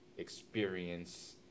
experience